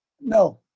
No